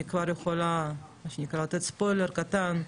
אני כבר יכולה מה שנקרא לתת ספוילר קטן,